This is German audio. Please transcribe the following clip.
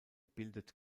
bildet